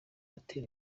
atera